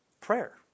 prayer